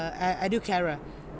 e~ educarer